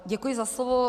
Děkuji za slovo.